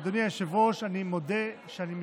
אדוני היושב-ראש, אני מודה שאני מתקשה.